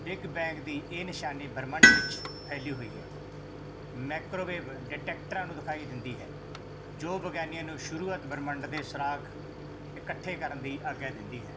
big bang ਦੀ ਇਹ ਨਿਸ਼ਾਨੀ ਬ੍ਰਹਿਮੰਡ ਵਿੱਚ ਫੈਲੀ ਹੋਈ ਹੈ ਮੈਕਰੋਵੇਵ ਡਟੈਕਟਰਾਂ ਨੂੰ ਦਿਖਾਈ ਦਿੰਦੀ ਹੈ ਜੋ ਵਿਗਿਆਨੀਆਂ ਨੂੰ ਸ਼ੁਰੂਅਤ ਬ੍ਰਹਿਮੰਡ ਦੇ ਸੁਰਾਖ ਇਕੱਠੇ ਕਰਨ ਦੀ ਆਗਿਆ ਦਿੰਦੀ ਹੈ